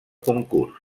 concurs